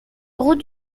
route